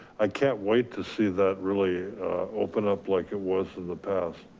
i can't wait to see that really open up like it was in the past.